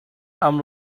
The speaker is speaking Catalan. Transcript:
amb